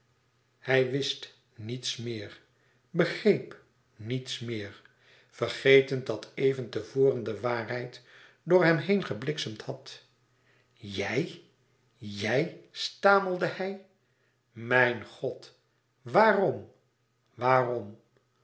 hij wist niets meer begreep niet meer vergetend dat even te voren de waarheid door hem heen gebliksemd had jij jij stamelde hij mijn god waarom waarom